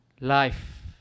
life